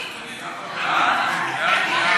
הוראת